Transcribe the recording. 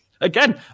again